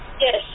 Yes